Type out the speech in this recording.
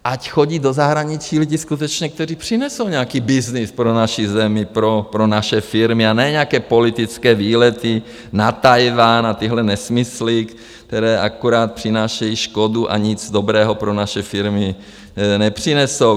Ať chodí do zahraničí lidi skutečně, kteří přinesou nějaký byznys pro naši zemi, pro naše firmy a ne nějaké politické výlety na Tchajwan a tyhle nesmysly, které akorát přinášejí škodu a nic dobrého pro naše firmy nepřinesou.